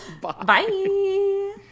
Bye